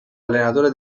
allenatore